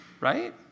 Right